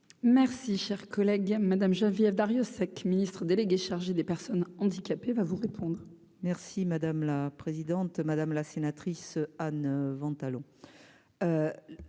Merci, cher collègue Madame Geneviève Darrieussecq, ministre déléguée chargée des Personnes handicapées va vous répondre. Merci madame la présidente, madame la sénatrice Anne Van allô.